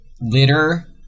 litter